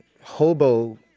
hobo